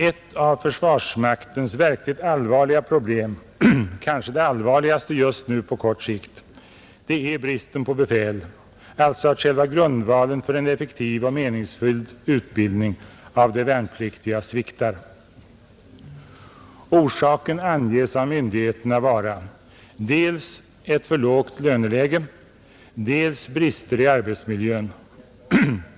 Ett av försvarsmaktens verkligt allvarliga problem, kanske det allvarligaste just nu på kort sikt, är bristen på befäl; alltså att själva grundvalen för en effektiv och meningsfylld utbildning av de värnpliktiga sviktar. Orsaken anges av myndigheterna vara dels ett för lågt löneläge, dels brister i arbetsmiljön.